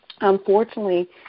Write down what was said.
unfortunately